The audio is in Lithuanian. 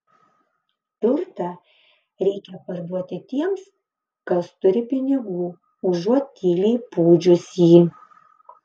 turtą reikia parduoti tiems kas turi pinigų užuot tyliai pūdžius jį